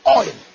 oil